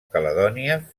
caledònia